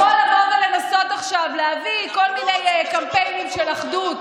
יכול לבוא ולנסות עכשיו להביא כל מיני קמפיינים של אחדות,